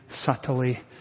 subtly